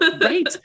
right